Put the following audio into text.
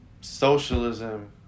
socialism